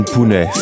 Pune